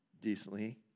decently